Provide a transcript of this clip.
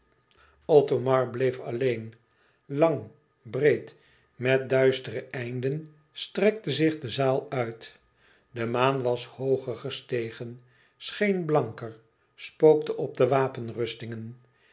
othomar bleef alleen lang breed met duistere einden strekte zich de zaal uit de maan was hooger gestegen scheen blanker spookte op de wapenrustingen